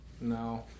No